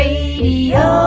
Radio